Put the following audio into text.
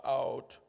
out